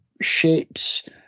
Shapes